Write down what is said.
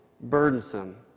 burdensome